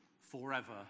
forever